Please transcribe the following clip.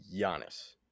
Giannis